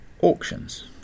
auctions